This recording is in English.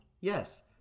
yes